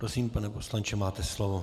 Prosím, pane poslanče, máte slovo.